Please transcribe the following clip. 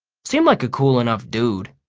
seemed like a cool enough dude.